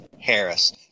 Harris